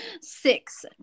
Six